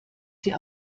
sie